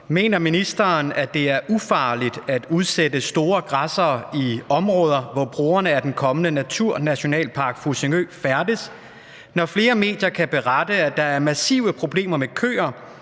Mener ministeren, at det er ufarligt at udsætte store græssere i områder, hvor brugerne af den kommende Naturnationalpark Fussingø færdes, når flere medier kan berette, at der er massive problemer med køer,